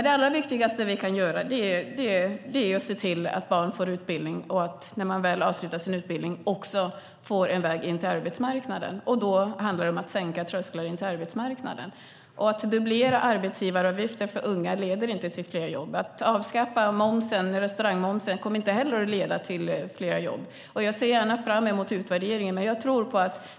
Det viktigaste är att se till att barn får utbildning och att de när de har avslutat sin utbildning får en väg in på arbetsmarknaden. Det handlar om att sänka trösklarna in på arbetsmarknaden. Att dubblera arbetsgivaravgiften för unga leder inte till fler jobb. Att höja restaurangmomsen kommer inte heller att leda till fler jobb. Jag ser fram mot utvärderingen.